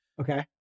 Okay